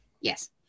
Yes